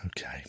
Okay